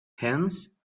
hence